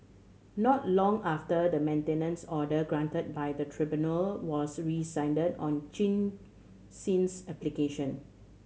not long after the maintenance order granted by the tribunal was rescinded on Chin Sin's application